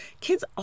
kids